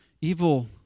Evil